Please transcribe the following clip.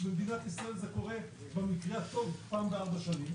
במדינת ישראל זה קורה במקרה הטוב פעם בארבע שנים